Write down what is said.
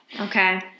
Okay